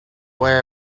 way